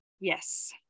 Yes